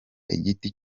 igiti